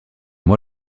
moi